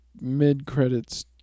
mid-credits